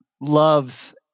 loves